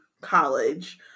college